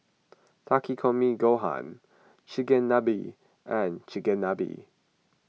Takikomi Gohan Chigenabe and Chigenabe